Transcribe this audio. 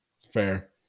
fair